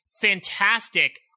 fantastic